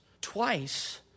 twice